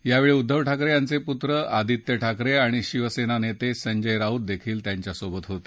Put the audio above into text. यावेळी उद्दव ठाकरे यांचे पुत्र आदित्य ठाकरे आणि शिवसेना नेते संजय राऊतही त्यांच्यासोबत होते